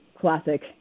classic